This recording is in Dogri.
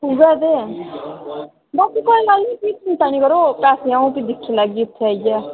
उ'ऐ ते ऐ बाकी कोई गल्ल निं यरो पैसे अं'ऊ दिक्खी लैगी इत्थै आइयै